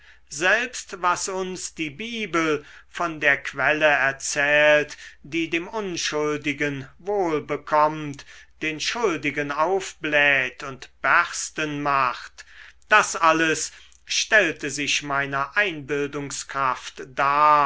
selbst was uns die bibel von der quelle erzählt die dem unschuldigen wohl bekommt den schuldigen aufbläht und bersten macht das alles stellte sich meiner einbildungskraft dar